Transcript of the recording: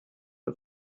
mit